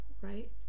right